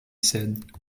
said